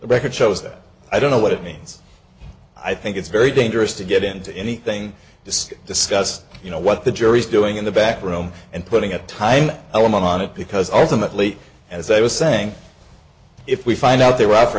record shows that i don't know what it means i think it's very dangerous to get into anything just discussed you know what the jury is doing in the back room and putting a time element on it because ultimately as i was saying if we find out they were out for